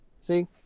See